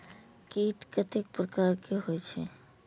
कीट कतेक प्रकार के होई छै?